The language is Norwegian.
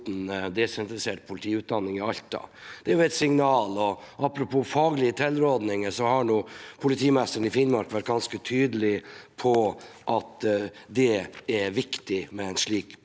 piloten desentralisert politiutdanning i Alta. Det er jo et signal. Og apropos faglige tilrådinger: Politimesteren i Finnmark har vært ganske tydelig på at det er viktig med en slik pilot.